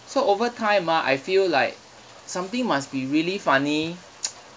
so over time ah I feel like something must be really funny